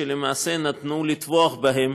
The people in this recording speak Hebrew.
שלמעשה נתנו לטבוח בהם.